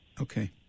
Okay